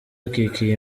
akikiye